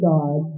God